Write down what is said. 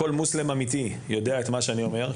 כל מוסלמי אמיתי יודע את מה שאני אומר,